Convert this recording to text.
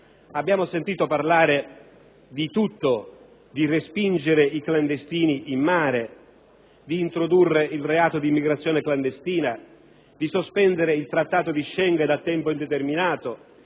Abbiamo sentito parlare di tutto: di respingere i clandestini in mare, di introdurre il reato di immigrazione clandestina, di sospendere il Trattato di Schengen a tempo indeterminato